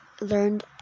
learned